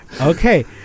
Okay